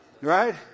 Right